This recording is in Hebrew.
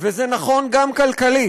וזה נכון גם כלכלית.